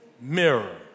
mirror